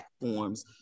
platforms